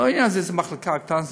עניין של איזו מחלקה קטנה,